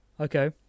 okay